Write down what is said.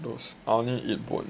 those I only eat bone